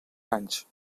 anys